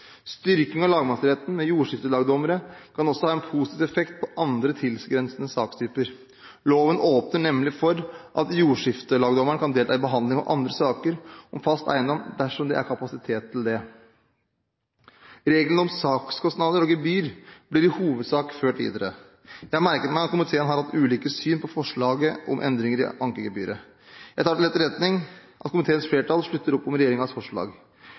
Styrking av lagmannsretten med jordskiftelagdommere kan også ha en positiv effekt på andre tilgrensende sakstyper. Loven åpner nemlig for at jordskiftelagdommeren kan delta i behandling av andre saker om fast eiendom dersom det er kapasitet til det. Reglene om sakskostnader og gebyr blir i hovedsak ført videre. Jeg har merket meg at komiteen har hatt ulike syn på forslaget om endringer i ankegebyret. Jeg tar til etterretning at komiteens flertall slutter opp om regjeringens forslag.